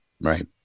Right